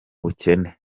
bukene